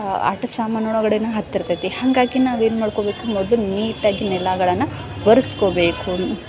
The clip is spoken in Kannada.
ಆ ಆಟ ಸಾಮಾನು ಒಳಗಡೆನು ಹತ್ತಿರುತೈತಿ ಹಾಗಾಗಿ ನಾವೇನು ಮಾಡ್ಕೊಬೇಕು ಮೊದಲು ನೀಟಾಗಿ ನೆಲಗಳನ್ನ ಒರಿಸ್ಕೊಬೇಕು